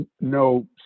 no